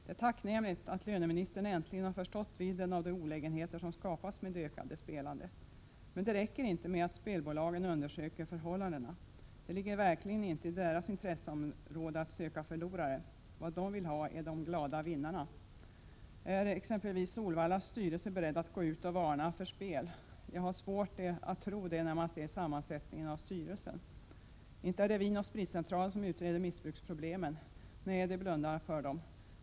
Det är tacknämligt att löneministern äntligen har förstått vidden av de olägenheter som skapas med det ökade spelandet. Men det räcker inte med att spelbolagen undersöker förhållandena. Det ligger verkligen inte inom deras intresseområde att söka förlorare. Vad de vill ha är de glada vinnarna. Är exempelvis Solvallas styrelse beredd att gå ut och varna för spel? Jag har svårt att tro det, när jag ser sammansättningen av styrelsen. Inte är det AB Vin & Spritcentralen som utreder missbruksproblemen, nej, där blundar man för dem.